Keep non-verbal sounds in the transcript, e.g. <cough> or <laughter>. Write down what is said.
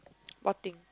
<noise> what thing